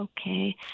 Okay